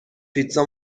پیتزا